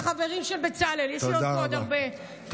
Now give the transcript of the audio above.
ככה זה עובד, אדוני היושב בראש.